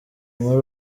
muri